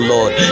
Lord